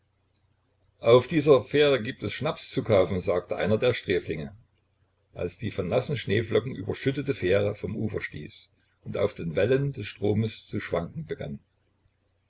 auf dieser fähre gibt es schnaps zu kaufen sagte einer der sträflinge als die von nassen schneeflocken überschüttete fähre vom ufer stieß und auf den wellen des stromes zu schwanken begann